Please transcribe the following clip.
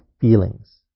feelings